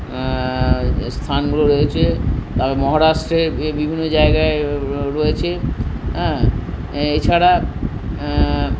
স্থানগুলো রয়েছে আর মহারাষ্ট্রের বিভিন্ন জায়গায় রয়েছে হ্যাঁ এছাড়া